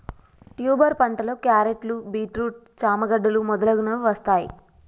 tuber పంటలో క్యారెట్లు, beetroot, చామ గడ్డలు మొదలగునవి వస్తాయ్